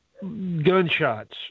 Gunshots